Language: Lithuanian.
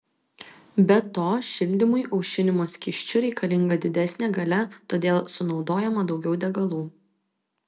be to šildymui aušinimo skysčiu reikalinga didesnė galia todėl sunaudojama daugiau degalų